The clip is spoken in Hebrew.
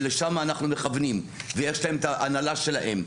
ולשם אנחנו מכוונים ויש להם את ההנהלה שלהם.